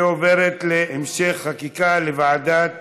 היא עוברת להמשך חקיקה לוועדת